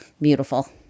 beautiful